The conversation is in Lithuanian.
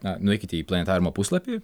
na nueikite į planetariumo puslapį